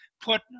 put